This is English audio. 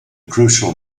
crucial